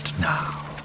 now